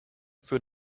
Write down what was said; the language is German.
für